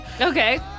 Okay